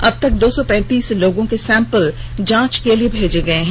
अबतक दो सौ पैंतीस लोगों के सैंपल जांच के लिए भेजे गए हैं